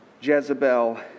Jezebel